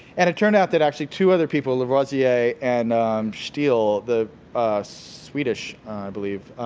and it turned out that actually, two other people, lavoisier and scheele, the swedish, i believe,